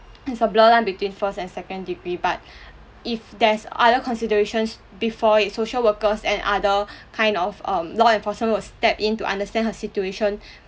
it's a blur line between first and second degree but if there's other considerations before it social workers and other kind of um law enforcement would step in to understand her situation